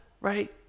right